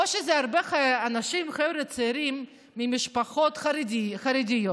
או שאלה הרבה אנשים, חבר'ה צעירים ממשפחות חרדיות